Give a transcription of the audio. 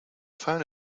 phone